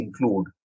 include